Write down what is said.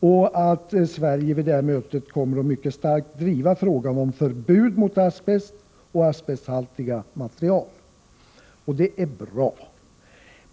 Sverige kommer vid det mötet att mycket starkt driva frågan om förbud mot asbest och asbesthaltiga material. Det är bra.